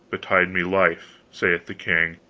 betide me life, saith the king,